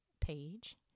page